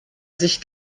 sich